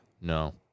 No